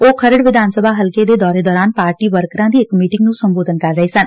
ਉਹ ਖਰੜ ਵਿਧਾਨ ਸਭਾ ਹਲਕੇ ਦੇ ਦੌਰਾਨ ਪਾਰਟੀ ਵਰਕਰਾਂ ਦੀ ਇਕ ਮੀਟਿੰਗ ਨੂੰ ਸੰਬੋਧਨ ਕਰ ਰਹੇ ਸਨ